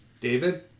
David